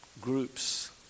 groups